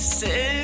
say